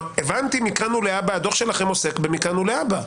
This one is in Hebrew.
הדוח שלכם עוסק במכאן ולהבא,